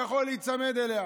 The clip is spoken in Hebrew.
כביכול להיצמד אליה.